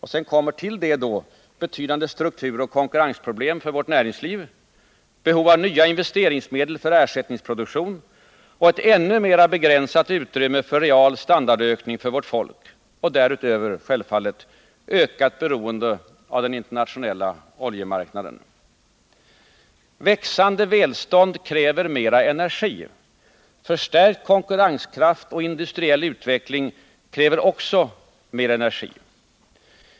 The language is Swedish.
Härtill skulle komma betydande strukturoch konkurrensproblem för vårt näringsliv, behov av nya investeringsmedel för ersättningsproduktion och ett ännu mer begränsat utrymme för real standardökning för vårt folk, samt därutöver självfallet ett ökat beroende av den internationella oljemarknaden. Växande välstånd kräver mer energi. Förstärkt konkurrenskraft och industriell utveckling kräver också mer energi.